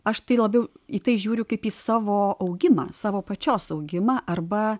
aš tai labiau į tai žiūriu kaip į savo augimą savo pačios augimą arba